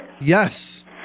Yes